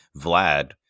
Vlad